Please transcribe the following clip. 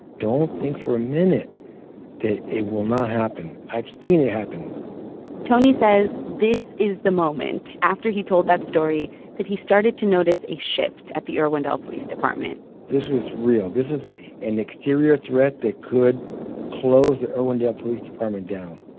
don't think for a minute that it will not happen. i've seen it happen tony says this is the moment after he told that story that he started to notice a shift at the irwindale police department this was real. this is an exterior threat that could close the irwindale police department down.